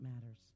matters